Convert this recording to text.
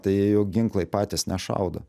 tai juk ginklai patys nešaudo